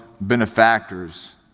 benefactors